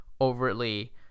overly